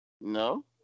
No